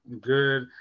Good